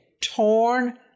torn